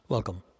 Welcome